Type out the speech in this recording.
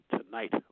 tonight